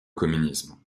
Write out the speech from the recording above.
communisme